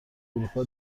اروپا